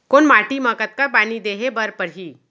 कोन माटी म कतका पानी देहे बर परहि?